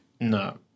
No